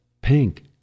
pink